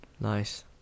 Nice